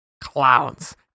Clowns